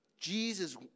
Jesus